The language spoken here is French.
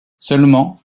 seulement